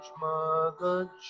mother